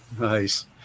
Nice